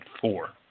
four